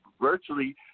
virtually